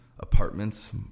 Apartments